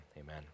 amen